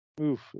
oof